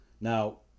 Now